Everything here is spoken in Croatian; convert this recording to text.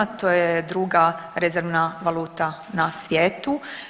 To je druga rezervna valuta na svijetu.